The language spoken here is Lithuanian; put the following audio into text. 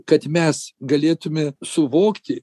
kad mes galėtume suvokti